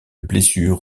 blessure